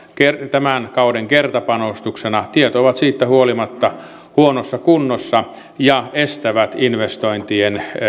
tämän kauden kertapanostuksena tiet ovat siitä huolimatta huonossa kunnossa ja estävät investointien